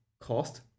cost